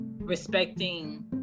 respecting